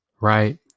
right